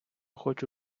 хочу